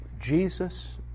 Jesus